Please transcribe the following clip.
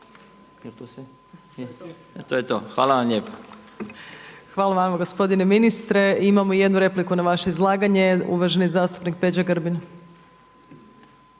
**Opačić, Milanka (SDP)** Hvala vama gospodine ministre. Imamo jednu repliku na vaše izlaganje. Uvaženi zastupnik Peđa Grbin.